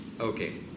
Okay